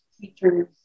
teachers